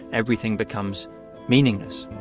everything becomes meaningless